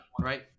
right